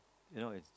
you know it